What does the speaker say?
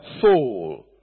soul